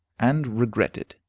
and regretted